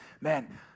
man